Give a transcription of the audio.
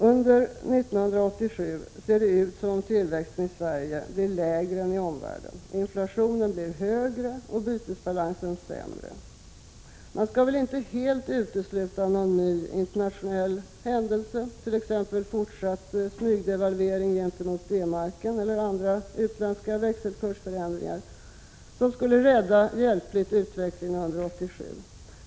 Under 1987 ser det ut som om tillväxten i Sverige blir lägre än i omvärlden, inflationen högre och bytesbalansen sämre än genomsnittet i Europa. Man skall väl inte helt utesluta att någon ny internationell händelse —t.ex. fortsatt smygdevalvering gentemot D-marken eller andra utländska växelkursförändringar — hjälpligt kan rädda utvecklingen även under 1987.